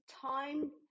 time